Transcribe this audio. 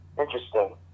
interesting